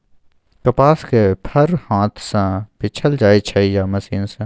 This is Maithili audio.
कपासक फर हाथ सँ बीछल जाइ छै या मशीन सँ